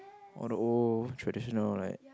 all the old traditional like